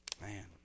Man